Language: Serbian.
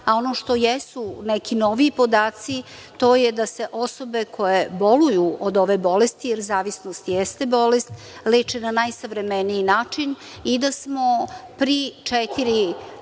a ono što jesu neki noviji podaci to je da se osobe koje boluju od ove bolesti, jer zavisnost jeste bolest lečena na najsavremeniji način i da smo tri, četiri